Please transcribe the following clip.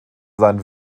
sein